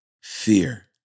Fear